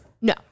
No